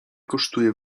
kosztuje